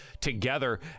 together